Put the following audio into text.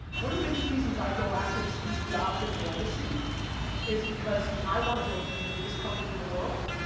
one of the biggest reasons i go after steve jobs's legacy is because i want to build the biggest company in the world,